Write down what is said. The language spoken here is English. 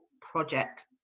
projects